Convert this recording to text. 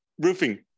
roofing